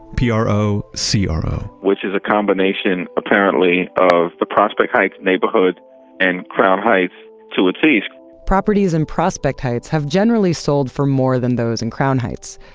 p r o c r o which is a combination, apparently, of the prospect heights neighborhood and crown heights to its east properties in prospect heights have generally sold for more than those in crown heights.